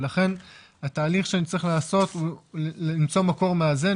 ולכן התהליך שנצטרך לעשות הוא למצוא מקור מאזן,